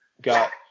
got